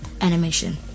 animation